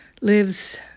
lives